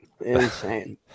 Insane